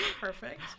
perfect